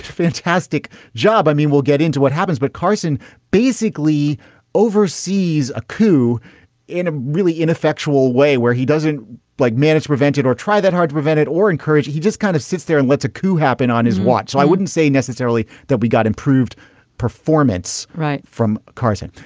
fantastic job. i mean we'll get into what happens but carson basically oversees a coup in a really ineffectual way where he doesn't like manage prevented or try that hard prevented or encouraged. he just kind of sits there and lets a coup happen on his watch. so i wouldn't say necessarily that we got improved performance right from carson.